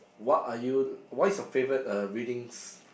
what are you what is your favourite uh readings